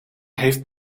heeft